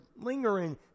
lingering